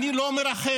אני לא מרחמת